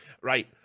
Right